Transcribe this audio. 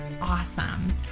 awesome